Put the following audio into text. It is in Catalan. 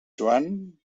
joan